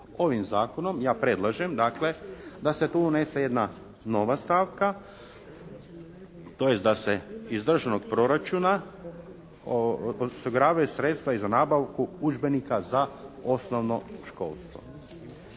Ovim zakonom ja predlažem dakle da se tu unese jedna nova stavka tj. da se iz Državnog proračuna osiguravaju sredstva i za nabavku udžbenika za osnovno školstvo.